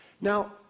Now